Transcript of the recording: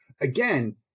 again